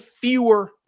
fewer